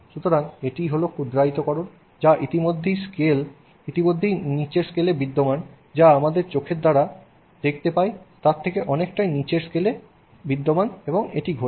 সুতরাং এটিই হল ক্ষুদ্রায়িতকরণ যা ইতিমধ্যেই নিচের স্কেলে বিদ্যমান যা আমাদের চোখের দ্বারা যা দেখতে পায় তার থেকে অনেকটাই নিচের স্কেলে বিদ্যমান এবং এটি ঘটছে